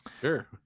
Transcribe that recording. Sure